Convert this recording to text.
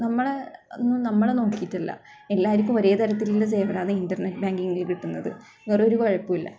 നമ്മളെ നമ്മളെ നോക്കിയിട്ടല്ല എല്ലാ ഇടത്തും ഒരേ തരത്തിലുള്ള സേവനമാണ് ഇൻ്റർനെറ്റ് ബാങ്കിങ്ങിന് കിട്ടുന്നത് വേറെ ഒരു കുഴപ്പമില്ല